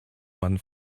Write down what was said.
man